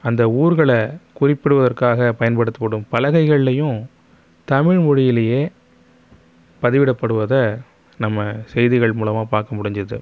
அந்த ஊர்களை குறிப்பிடுவதற்காக பயன்படுத்தப்படும் பலகைகள்லையும் தமிழ் மொழியிலியே பதிவிடப்படுவதை நம்ம செய்திகள் மூலமாக பார்க்க முடிஞ்சுது